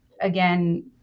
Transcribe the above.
again